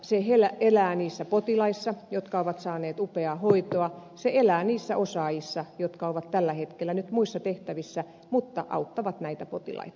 se elää niissä potilaissa jotka ovat saaneet upeaa hoitoa se elää niissä osaajissa jotka ovat tällä hetkellä nyt muissa tehtävissä mutta auttavat näitä potilaita